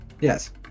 Yes